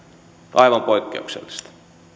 aivan poikkeuksellista